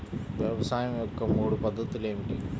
వ్యవసాయం యొక్క మూడు పద్ధతులు ఏమిటి?